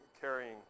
carrying